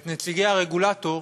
את נציגי הרגולטור